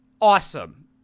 awesome